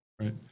Right